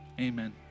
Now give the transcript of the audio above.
amen